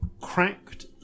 cracked